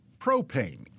Propane